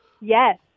Yes